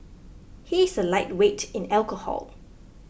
he is a lightweight in alcohol